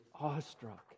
awestruck